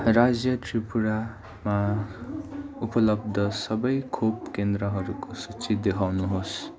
राज्य त्रिपुरामा उपलब्ध सबै खोपकेन्द्रहरूको सूची देखाउनुहोस्